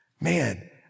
Man